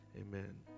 Amen